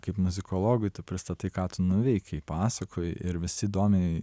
kaip muzikologui tu pristatai ką tu nuveikei pasakoji ir visi įdomiai